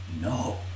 No